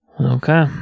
Okay